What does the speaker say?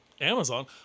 Amazon